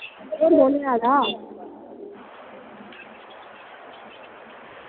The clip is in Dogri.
और कु'न जा दा